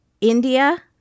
India